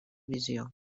visió